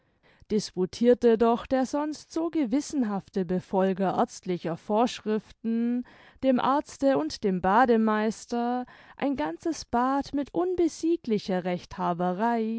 disputirte doch der sonst so gewissenhafte befolger ärztlicher vorschriften dem arzte und dem bademeister ein ganzes bad mit